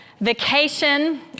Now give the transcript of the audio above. vacation